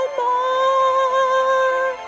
more